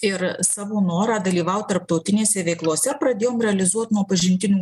ir savo norą dalyvaut tarptautinėse veiklose pradėjom realizuot nuo pažintinių